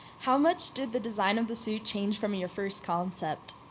how much did the design of the suit change from your first concept?